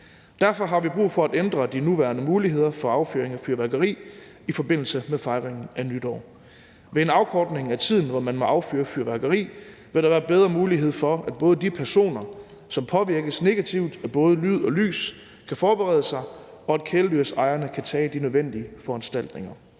Derfor har vi brug for at ændre de nuværende muligheder for affyring af fyrværkeri i forbindelse med fejringen af nytår. Ved en afkortning af tiden, hvor man må affyre fyrværkeri, vil der både være bedre mulighed for, at de personer, som påvirkes negativt af både lyd og lys, kan forberede sig, og at kæledyrsejerne kan tage de nødvendige foranstaltninger.